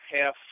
half